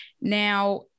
now